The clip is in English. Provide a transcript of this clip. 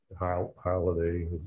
holiday